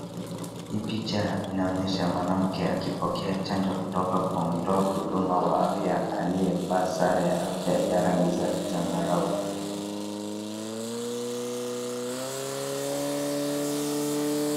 Hii picha inaonyesha mwanamke akipokea chanjo kutoka kwa mtoa huduma wa afya aliyevaa sare ya afya ya rangi za zambarau.